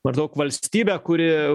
maždaug valstybę kuri